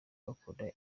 bakora